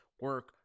Work